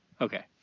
Okay